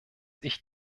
ich